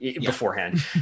beforehand